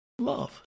love